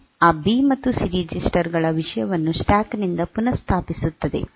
ಅದು ಆ ಬಿ ಮತ್ತು ಸಿ ರೆಜಿಸ್ಟರ್ ಗಳ ವಿಷಯವನ್ನು ಸ್ಟ್ಯಾಕ್ ನಿಂದ ಪುನಃಸ್ಥಾಪಿಸುತ್ತದೆ